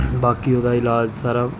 ਬਾਕੀ ਉਹਦਾ ਇਲਾਜ ਸਾਰਾ